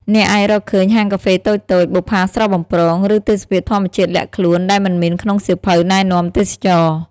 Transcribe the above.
អ្នកអាចរកឃើញហាងកាហ្វេតូចៗ បុប្ផាស្រស់បំព្រង ឬទេសភាពធម្មជាតិលាក់ខ្លួនដែលមិនមានក្នុងសៀវភៅណែនាំទេសចរណ៍។